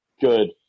Good